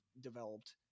developed